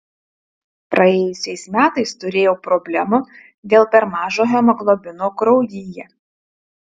praėjusiais metais turėjau problemų dėl per mažo hemoglobino kraujyje